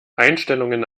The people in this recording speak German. einstellungen